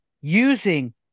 using